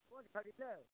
ई कोन सरजी छियै